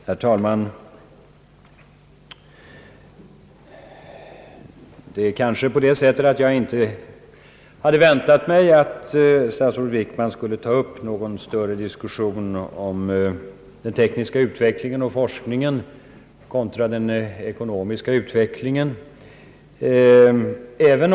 Herr talman! Jag kanske inte hade väntat mig att statsrådet Wickman skulle ta upp någon större diskussion om den tekniska utvecklingen och forskningen kontra den ekonomiska politiken.